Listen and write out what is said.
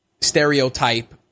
stereotype